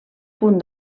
punt